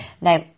Now